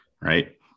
right